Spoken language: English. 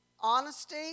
honesty